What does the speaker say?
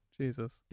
Jesus